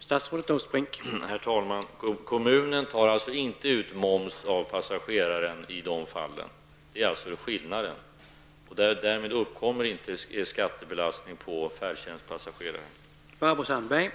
Herr talman! Kommunen tar alltså inte ut moms av passageraren i de fallen. Det är skillnaden. Därmed uppkommer inte skattebelastning för den färdtjänstberättigade passageraren.